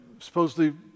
supposedly